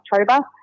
October